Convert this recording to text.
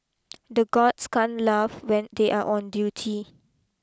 the guards can't laugh when they are on duty